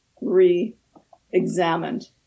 re-examined